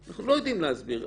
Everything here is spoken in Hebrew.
אנחנו לא יודעים להסביר.